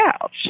couch